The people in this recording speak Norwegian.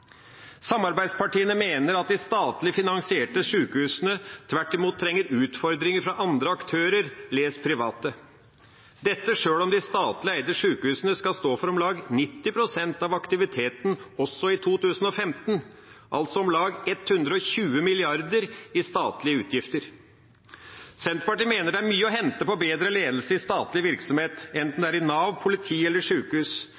Samarbeidspartiene mener at de statlig finansierte sykehusene tvert imot trenger utfordringer fra andre aktører – les private – sjøl om de statlig eide sykehusene skal stå for om lag 90 pst. av aktiviteten også i 2015, altså om lag 120 mrd. kr i statlige utgifter. Senterpartiet mener det er mye å hente på bedre ledelse i statlige virksomheter, enten det er i Nav, politiet eller sykehus,